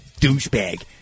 douchebag